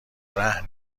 رهن